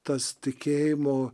tas tikėjimo